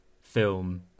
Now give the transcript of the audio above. film